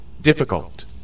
difficult